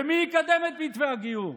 ומי יקדם את מתווה הגיור?